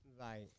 Right